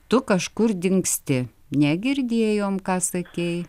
tu kažkur dingsti negirdėjom ką sakei